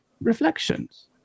reflections